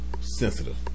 sensitive